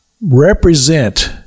represent